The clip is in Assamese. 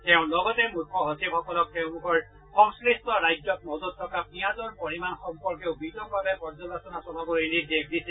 তেওঁ লগতে মুখ্য সচিবসকলক তেওঁলোকৰ সংশ্লিষ্ট ৰাজ্যত মজুত থকা পিয়াজৰ পৰিমাণ সম্পৰ্কেও বিতংভাৱে পৰ্যালোচনা চলাবলৈ নিৰ্দেশ দিছে